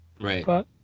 Right